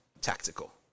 tactical